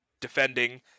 defending